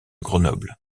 grenoble